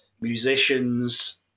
musicians